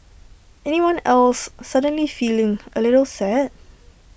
anyone else suddenly feeling A little sad